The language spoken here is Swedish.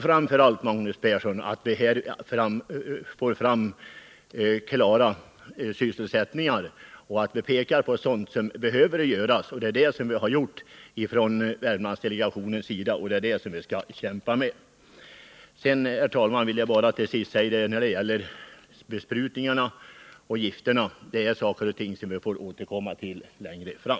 Framför allt gäller det att ta fram konkreta sysselsättningsprojekt och peka på sådant som behöver göras. Det har också Värmlandsdelegationen gjort, och det skall vi fortsätta att kämpa med. Frågan om giftbesprutningarna får vi återkomma till längre fram.